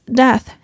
death